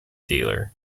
dealer